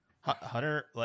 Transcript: Hunter